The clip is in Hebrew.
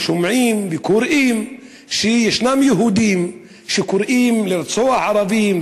שומעים וקוראים שישנם יהודים שקוראים לרצוח ערבים,